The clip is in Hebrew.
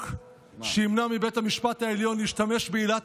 שימנע מבית המשפט העליון להשתמש בעילת